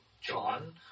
John